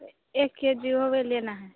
तो एक K G वह भी लेना है